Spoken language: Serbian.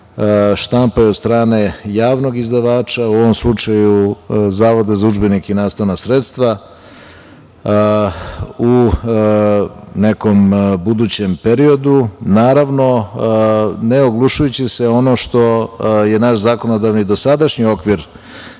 štampaju od strane javnog izdavača, u ovom slučaju Zavoda za udžbenike i nastavna sredstva u nekom budućem periodu, naravno ne oglušujući se o ono što je naš zakonodavni dosadašnji okvir